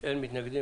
מי נגד?